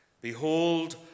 Behold